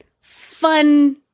fun